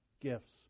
gifts